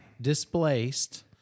displaced